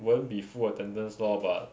won't be full attendance lor but